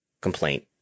complaint